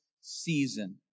season